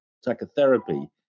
psychotherapy